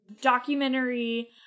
documentary